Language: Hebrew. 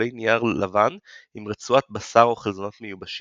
קיפולי נייר לבן עם רצועת בשר או חלזונות מיובשים,